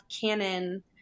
Canon